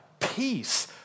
Peace